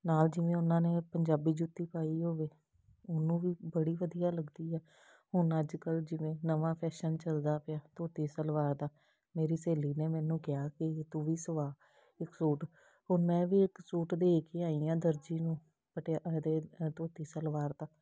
ਨਾਲ ਜਿਵੇਂ ਉਹਨਾਂ ਨੇ ਪੰਜਾਬੀ ਜੁੱਤੀ ਪਾਈ ਹੋਵੇ ਉਹਨੂੰ ਵੀ ਬੜੀ ਵਧੀਆ ਲੱਗਦੀ ਆ ਹੁਣ ਅੱਜ ਕੱਲ੍ਹ ਜਿਵੇਂ ਨਵਾਂ ਫੈਸ਼ਨ ਚੱਲਦਾ ਪਿਆ ਧੋਤੀ ਸਲਵਾਰ ਦਾ ਮੇਰੀ ਸਹੇਲੀ ਨੇ ਮੈਨੂੰ ਕਿਹਾ ਕਿ ਤੂੰ ਵੀ ਸਵਾ ਇੱਕ ਸੂਟ ਹੁਣ ਮੈਂ ਵੀ ਇੱਕ ਸੂਟ ਦੇ ਕੇ ਆਈ ਹਾਂ ਦਰਜੀ ਨੂੰ ਪਟਿ ਇਹਦੇ ਧੋਤੀ ਸਲਵਾਰ ਦਾ